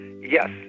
yes